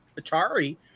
Atari